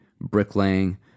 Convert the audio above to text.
bricklaying